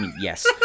yes